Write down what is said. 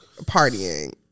partying